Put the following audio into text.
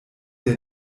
der